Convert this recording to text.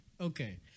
Okay